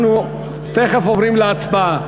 אנחנו תכף עוברים להצבעה.